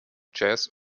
jazz